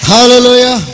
Hallelujah